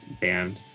band